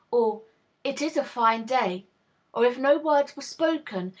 or it is a fine day or, if no word were spoken,